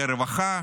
לרווחה,